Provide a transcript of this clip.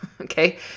okay